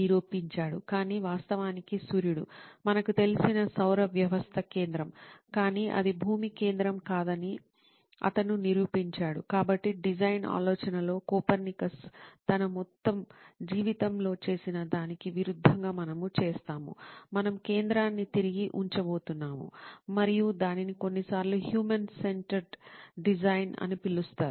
నిరూపించాడు కానీ వాస్తవానికి సూర్యుడు మనకు తెలిసిన సౌర వ్యవస్థ కేంద్రం కానీ అది భూమి కేంద్రం కాదని అతను నిరూపించాడు కాబట్టి డిజైన్ ఆలోచనలో కోపర్నికస్ తన మొత్తం జీవితంలో చేసిన దానికి విరుద్ధంగా మనము చేస్తాము మనము కేంద్రాన్ని తిరిగి ఉంచబోతున్నాం మరియు దానిని కొన్నిసార్లు హ్యూమన్ సెంటెర్డ్ డిజైన్ అని పిలుస్తారు